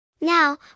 Now